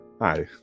hi